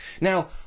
Now